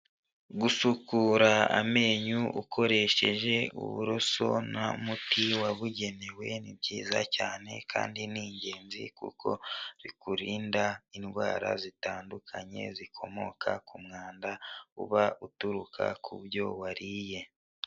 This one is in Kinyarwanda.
Gusukura amenyo ukoresheje uburoso n'umuti wabugenewe, ni byiza cyane kandi ni ingenzi kuko bikurinda indwara zitandukanye zikomoka ku mwanda, uba uturuka ku byo wariye.